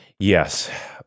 Yes